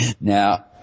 Now